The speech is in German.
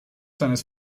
seines